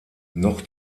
noch